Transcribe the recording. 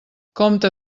compta